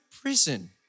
prison